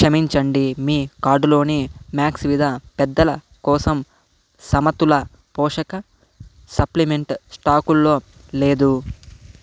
క్షమించండి మీ కార్డులోని మ్యాక్స్ విదా పెద్దల కోసం సమతుల పోషక సప్లిమెంట్ స్టాకుల్లో లేదు